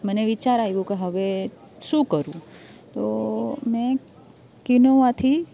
મને વિચાર આવ્યો કે હવે શું કરું તો મેં કિનોવાથી